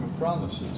promises